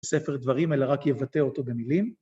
‫בספר דברים אלא רק יבטא אותו במילים.